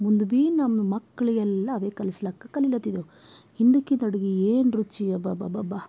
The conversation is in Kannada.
ಮುಂದ ಬಿ ನಮ್ಮ ಮಕ್ಕಳಿಗೆಲ್ಲಾ ಅವೇ ಕಲಿಸ್ಲಾಕ್ ಕಲಿಲತಿದವು ಹಿಂದಕ್ಕಿದ ಅಡುಗಿ ಏನು ರುಚಿ ಅಬಬಬಬ್ಬಾ